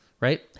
right